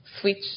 switch